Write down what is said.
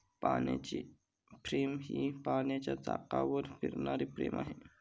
पाण्याची फ्रेम ही पाण्याच्या चाकावर फिरणारी फ्रेम आहे